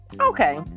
Okay